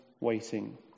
waiting